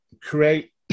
create